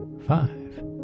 five